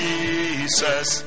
Jesus